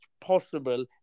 possible